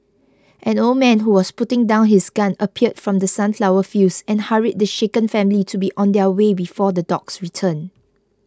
an old man who was putting down his gun appeared from the sunflower fields and hurried the shaken family to be on their way before the dogs return